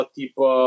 tipo